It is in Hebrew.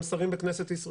גם שרים בממשלה.